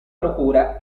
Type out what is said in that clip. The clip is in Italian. procura